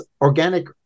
organic